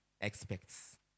expects